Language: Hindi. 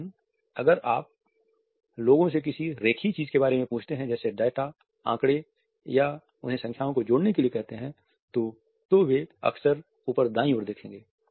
लेकिन अगर आप लोगों से किसी रेखीय चीजों के बारे में पूछते हैं जैसे डेटा आँकड़े या उन्हें संख्याओं को जोड़ने के लिए कहते हैं तो वे अक्सर ऊपर और दाईं ओर देखेंगे